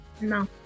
No